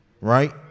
right